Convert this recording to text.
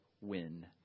win